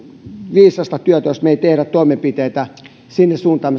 viisasta työtä jos me emme tee toimenpiteitä sinne suuntaan